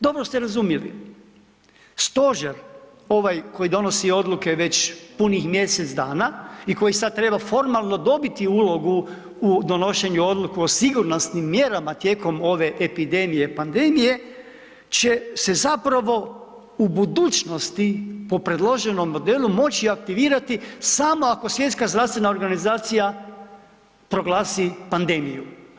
Dobro ste razumjeli, stožer ovaj koji donosi odluke već punih mjesec dana i koji sad treba formalno dobiti ulogu u donošenju, odluku o sigurnosnim mjerama tijekom ove epidemije i pandemije će se zapravo u budućnosti po predloženom modelu moći aktivirati samo ako Svjetska zdravstvena organizacija proglasi pandemiju.